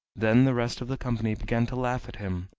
then the rest of the company began to laugh at him,